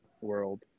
world